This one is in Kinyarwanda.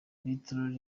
little